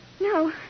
No